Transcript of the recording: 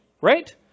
Right